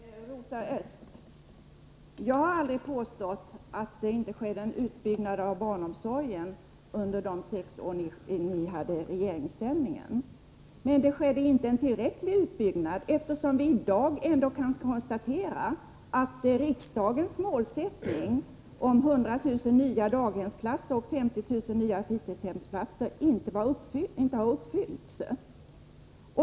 Herr talman! Jag har aldrig påstått, Rosa Östh, att det inte skedde en utbyggnad av barnomsorgen under de sex år då ni var i regeringsställning. Men utbyggnaden var inte tillräcklig. Vi kan i dag konstatera att riksdagens målsättning om 100 000 nya daghemsplatser och 50 000 nya fritidshemsplatser inte har uppfyllts.